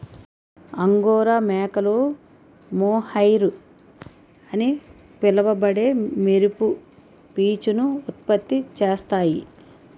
angora మేకలు mohair అని పిలువబడే మెరుపు పీచును ఉత్పత్తి చేస్తాయి